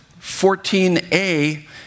14a